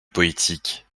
poétiques